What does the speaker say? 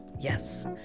yes